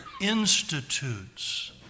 institutes